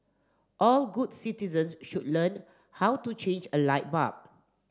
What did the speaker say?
all good citizens should learn how to change a light bulb